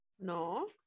No